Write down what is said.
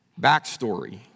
backstory